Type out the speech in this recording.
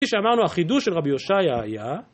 כפי שאמרנו החידוש של רבי הושעיה היה...